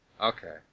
Okay